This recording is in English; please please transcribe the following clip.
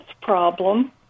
problem